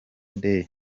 day